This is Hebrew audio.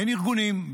בין ארגונים,